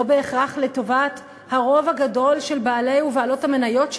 לא בהכרח לטובת הרוב הגדול של בעלי ובעלות המניות שלה,